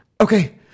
Okay